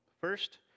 First